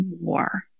more